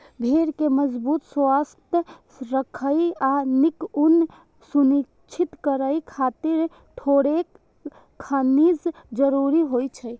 भेड़ कें मजबूत, स्वस्थ राखै आ नीक ऊन सुनिश्चित करै खातिर थोड़ेक खनिज जरूरी होइ छै